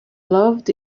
loved